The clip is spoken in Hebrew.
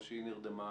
או שהיא נרדמה,